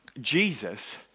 Jesus